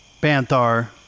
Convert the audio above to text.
Banthar